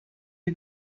you